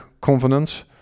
confidence